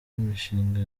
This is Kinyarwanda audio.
imishinga